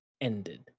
ended